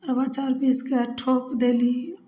अरबा चाउर पीसके ठोप देली